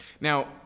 Now